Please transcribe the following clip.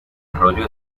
arroyo